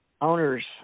owners